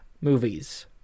movies